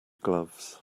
gloves